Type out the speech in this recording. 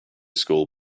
school